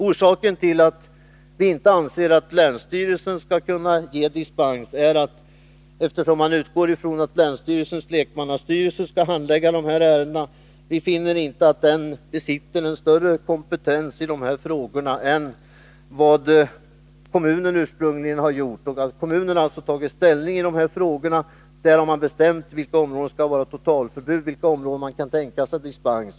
Orsaken till att vi anser att länsstyrelsen inte skall kunna ge dispens är att vi utgår ifrån att länsstyrelsens lekmannastyrelse skall handlägga dessa ärenden. Vi finner inte att den besitter större kompetens i dessa frågor än vad kommunen ursprungligen haft. Kommunen har alltså tagit ställning i dessa frågor och bestämt i vilka områden det skall vara totalförbud och i vilka områden man kan tänka sig dispens.